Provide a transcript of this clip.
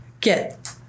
get